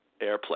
airplay